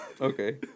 Okay